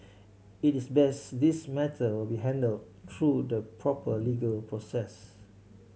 it is best this matter will be handled through the proper legal process